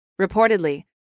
Reportedly